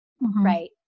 right